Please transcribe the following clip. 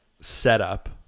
setup